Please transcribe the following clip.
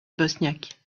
bosniaque